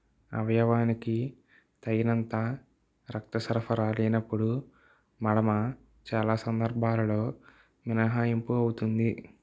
అవయవానికి తగినంత రక్త సరఫరా లేనప్పుడు మడమ చాలా సందర్భాలలో మినహాయింపు అవుతుంది